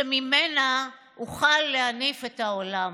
שממנה אוכל להניף את העולם,